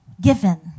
given